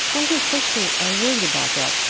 i think folks are are worried about that,